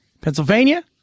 Pennsylvania